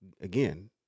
again